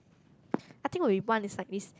I think when we warn the cyclist